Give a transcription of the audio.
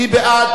מי בעד?